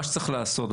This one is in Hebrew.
מה שצריך לעשות,